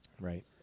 Right